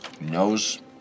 Knows